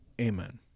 Amen